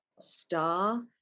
star